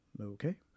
okay